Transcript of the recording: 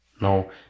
no